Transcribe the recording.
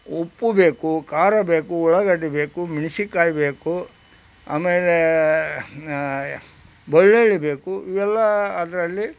ಉಪ್ಪು ಬೇಕು ಖಾರ ಬೇಕು ಉಳ್ಳಾಗಡ್ಡಿ ಬೇಕು ಮೆಣಸಿನ್ಕಾಯ್ ಬೇಕು ಆಮೇಲೆ ಬೆಳ್ಳುಳ್ಳಿಬೇಕು ಇವೆಲ್ಲ ಅದರಲ್ಲಿ